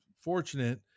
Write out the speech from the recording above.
fortunate